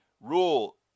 Rule